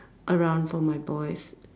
around for my boys